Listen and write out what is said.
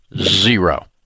Zero